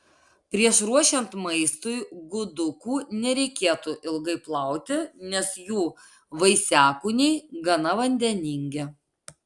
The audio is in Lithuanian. prieš ruošiant maistui gudukų nereikėtų ilgai plauti nes jų vaisiakūniai gana vandeningi